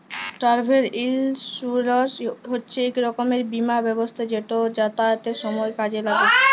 travel insurance হছে ইক রকমের বীমা ব্যবস্থা যেট যাতায়াতের সময় কাজে ল্যাগে